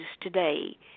today